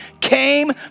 came